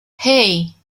hey